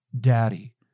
Daddy